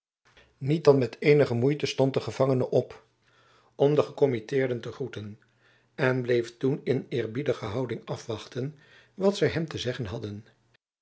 niet dan met eenige moeite stond de gevangene op om de gekommitteerden te groeten en bleef toen in eerbiedige houding afwachten wat zy hem te zeggen hadden